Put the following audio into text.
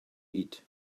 eat